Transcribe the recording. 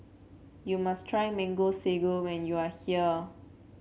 you must try Mango Sago when you are here